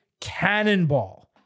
cannonball